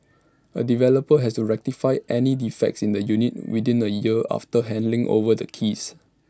A developer has to rectify any defects in the units within A year after handing over the keys